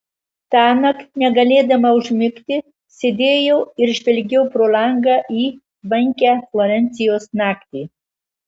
tąnakt negalėdama užmigti sėdėjau ir žvelgiau pro langą į tvankią florencijos naktį